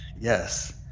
Yes